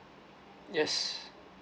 yes